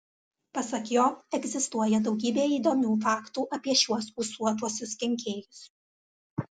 pasak jo egzistuoja daugybė įdomių faktų apie šiuos ūsuotuosius kenkėjus